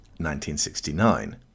1969